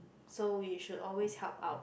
so we should always help out